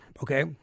okay